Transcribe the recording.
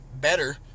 better